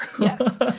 Yes